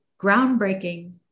groundbreaking